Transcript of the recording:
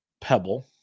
Pebble